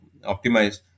optimized